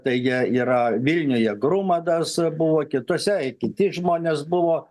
tai jie yra vilniuje grumadas buvo kituose kiti žmonės buvo